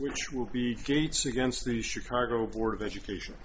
which will be gates against the chicago board of education